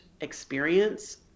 experience